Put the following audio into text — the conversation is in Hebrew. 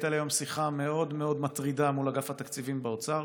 הייתה לי היום שיחה מאוד מאוד מטרידה מול אגף התקציבים באוצר,